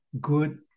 good